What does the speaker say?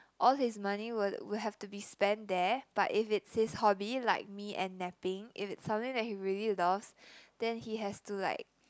all his money will will have to be spend there but if it's his hobby like me and napping if it's something that he really loves then he has to like